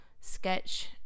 sketch